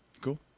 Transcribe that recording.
Cool